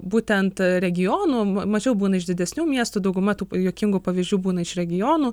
būtent regionų mažiau būna iš didesnių miestų dauguma tų juokingų pavyzdžių būna iš regionų